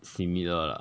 similar lah